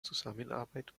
zusammenarbeit